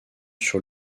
sur